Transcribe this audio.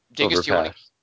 overpass